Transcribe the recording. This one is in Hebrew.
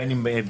בין אם בצורך